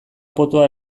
potoa